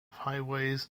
highways